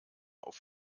auf